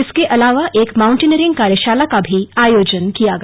इसके अलावा एक माउंटेनिंग कार्यशाला का भी आयोजन किया गया